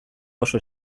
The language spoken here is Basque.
oso